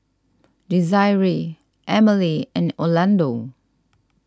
Desiree Emile and Orlando